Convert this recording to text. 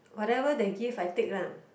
whatever they give I take lah